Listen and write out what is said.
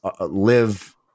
live